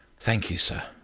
thank you, sir.